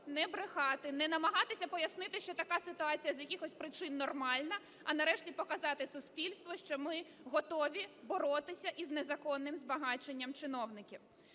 не брехати, не намагатися пояснити, що така ситуація з якихось причин нормальна, а нарешті показати суспільству, що ми готові боротися із незаконним збагаченням чиновників.